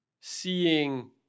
seeing